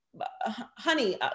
honey